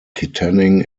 kittanning